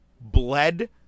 bled